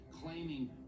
claiming